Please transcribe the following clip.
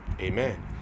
Amen